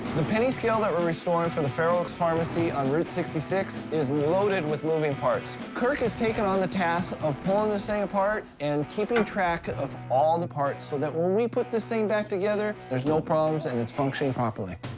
the penny scale that we're restoring for the fair oaks pharmacy on route sixty six is loaded with moving parts. kirk has taken on the task of pulling this thing apart and keeping track of all the parts, so that when put this thing back together, there's no problems and it's functioning properly.